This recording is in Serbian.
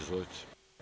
Izvolite.